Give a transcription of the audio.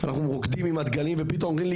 אנחנו רוקדים עם הדגלים ופתאום אומרים לי